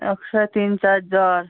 একশো তিন চার জ্বর